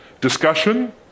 Discussion